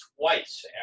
twice